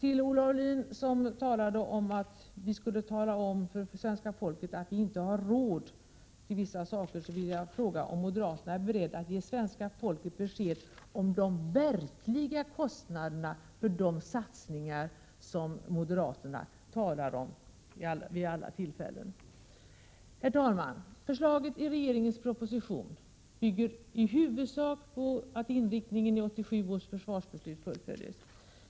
Olle Aulin, som sade att vi skulle tala om för svenska folket att vi inte har råd till vissa saker, vill jag fråga om moderaterna är beredda att ge svenska folket besked om de verkliga kostnaderna för de satsningar som moderaterna talar om vid alla tillfällen. Herr talman! Förslagen i regeringens proposition bygger i huvudsak på att inriktningen i 1987 års försvarsbeslut fullföljs.